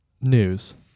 news